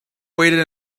waited